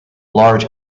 large